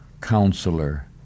Counselor